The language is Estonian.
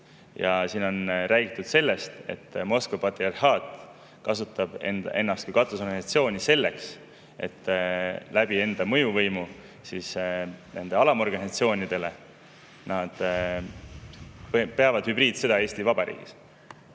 Siin on räägitud sellest, et Moskva patriarhaat kasutab ennast kui katusorganisatsiooni selleks, et enda mõjuvõimuga neid alamorganisatsioone – ta peab hübriidsõda Eesti Vabariigis